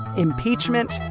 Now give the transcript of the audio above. impeachment,